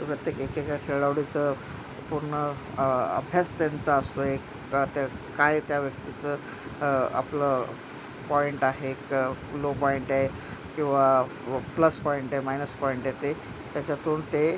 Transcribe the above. प्रत्येक एकेका खेळाडूचं पूर्ण अभ्यास त्यांचा असतो आहे त्या काय त्या व्यक्तीचं आपलं पॉइंट आहे क लो पॉइंट आहे किंवा प्लस पॉईंट आहे मायनस पॉईंट आहे ते त्याच्यातून ते